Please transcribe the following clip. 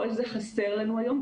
כל זה חסר לנו היום,